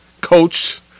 coach